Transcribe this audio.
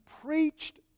preached